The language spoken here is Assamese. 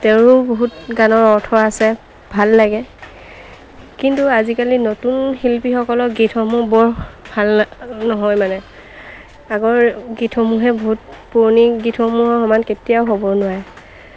তেওঁৰো বহুত গানৰ অৰ্থ আছে ভাল লাগে কিন্তু আজিকালি নতুন শিল্পীসকলৰ গীতসমূহ বৰ ভাল নহয় মানে আগৰ গীতসমূহে বহুত পুৰণি গীতসমূহৰ সমান কেতিয়াও হ'ব নোৱাৰে